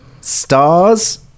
stars